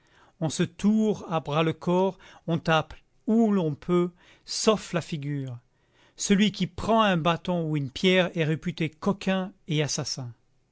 on se toure à bras-le-corps on tape où l'on peut sauf la figure celui qui prend un bâton ou une pierre est réputé coquin et assassin